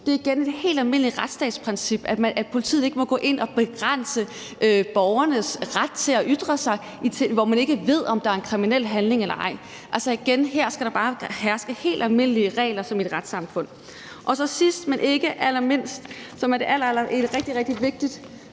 Det er igen et helt almindeligt retsstatsprincip, at politiet ikke må gå ind og begrænse borgernes ret til at ytre sig, når man ikke ved, om der er en kriminel handling eller ej. Altså, igen skal der her bare herske helt almindelige regler som i et retssamfund. Sidst, men ikke mindst, er der et rigtig, rigtig vigtigt